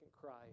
cry